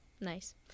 Nice